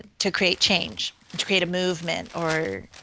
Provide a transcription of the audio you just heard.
to create change to create a movement or